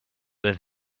then